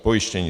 Pojištění.